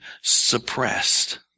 suppressed